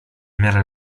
miarę